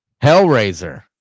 Hellraiser